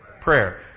prayer